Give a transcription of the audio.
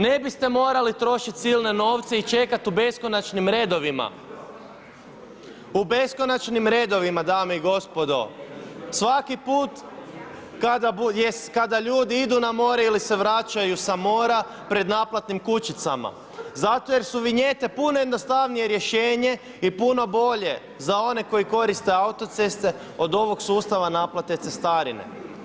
Ne biste morali trošiti silne novce i čekati u beskonačnim redovima, u beskonačnim redovima dame i gospodo, svaki put kada ljudi idu na more ili se vraćaju sa mora pred naplatnim kućicama, zato jer su vinjete puno jednostavnije rješenje i puno bolje za one koji koriste autoceste od ovog sustava naplate cestarine.